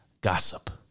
gossip